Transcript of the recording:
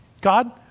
God